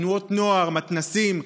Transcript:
תנועות נוער, מתנ"סים,